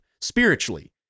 spiritually